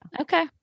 Okay